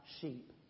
sheep